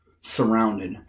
surrounded